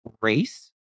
race